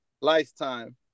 Lifetime